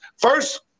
first